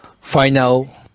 final